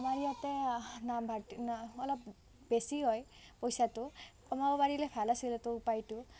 আমাৰ ইয়াতে নামভৰ্তি নাম অলপ বেছি হয় পইচাটো কমাব পাৰিলে ভাল আছিলেতো উপায়টো